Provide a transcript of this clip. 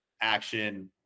action